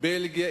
בלגיה,